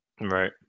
Right